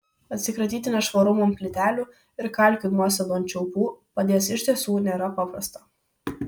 atsikratyti nešvarumų ant plytelių ir kalkių nuosėdų ant čiaupų padės iš tiesų nėra paprasta